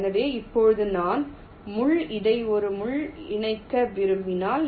எனவே இப்போது நான் முள் இதை ஒரு முள் இணைக்க விரும்பினால்